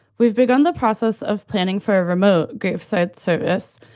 we've begun the process of planning for a remote graveside service,